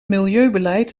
milieubeleid